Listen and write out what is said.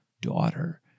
daughter